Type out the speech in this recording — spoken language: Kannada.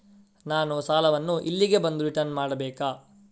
ನಾನು ಸಾಲವನ್ನು ಇಲ್ಲಿಗೆ ಬಂದು ರಿಟರ್ನ್ ಮಾಡ್ಬೇಕಾ?